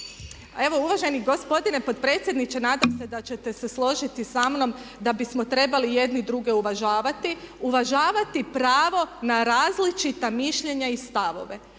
evo uvaženi gospodine potpredsjedniče, nadam se da ćete se složiti sa mnom da bismo trebali jedni druge uvažavati, uvažavati pravo na različita mišljenja i stavove.